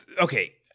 okay